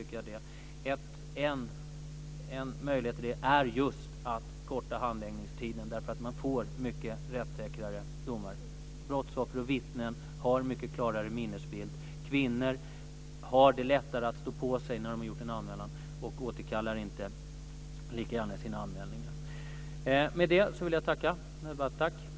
En möjlighet till det får man just genom att korta handläggningstiden eftersom man då får mycket rättssäkrare domar. Brottsoffer och vittnen har då mycket klarare minnesbilder. Kvinnor har då lättare att stå på sig när de har gjort en anmälan och återkallar inte lika gärna sina anmälningar. Med det vill jag tacka för den här debatten.